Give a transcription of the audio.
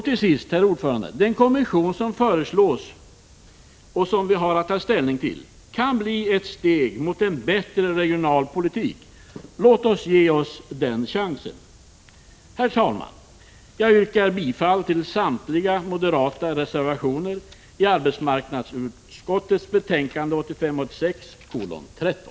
Till sist, herr talman: Den kommission som föreslås kan bli ett steg mot en bättre regionalpolitik. Låt oss ge oss den chansen! Herr talman! Jag yrkar bifall till samtliga moderata reservationer i arbetsmarknadsutskottets betänkande 1985/86:13.